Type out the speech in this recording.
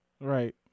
Right